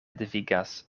devigas